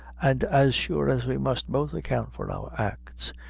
and, as sure as we must both account for our acts,